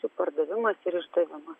jų pardavimas ir išdavimas